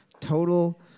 Total